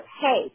hey